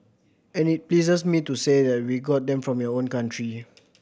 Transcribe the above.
and it pleases me to say that we got them from your own country